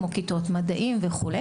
כמו כיתות מדעים וכו'.